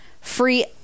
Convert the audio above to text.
free